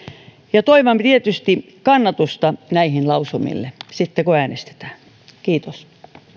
ja toivon tietysti kannatusta näille lausumille sitten kun äänestetään kiitos